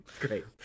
great